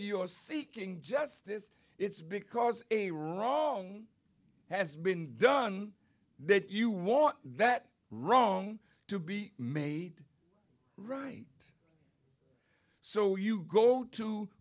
are seeking justice it's because a wrong has been done that you want that wrong to be made right so you go to